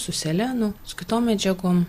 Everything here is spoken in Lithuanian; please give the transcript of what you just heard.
su selenu su kitom medžiagom